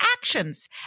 actions